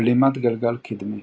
בלימת גלגל קדמי